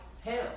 hell